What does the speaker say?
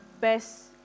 Best